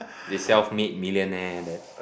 this self made millionaire that